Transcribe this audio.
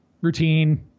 routine